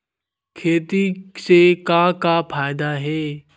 खेती से का का फ़ायदा हे?